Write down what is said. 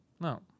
No